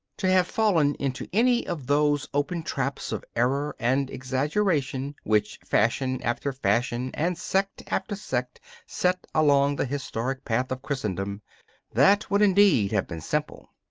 to have fallen into any of those open traps of error and exaggeration which fashion after fashion and sect after sect set along the historic path of christendom that would indeed have been simple.